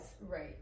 Right